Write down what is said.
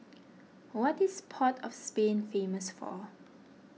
what is Port of Spain famous for